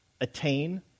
Attain